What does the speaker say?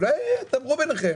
אולי תדברו ביניכם.